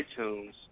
iTunes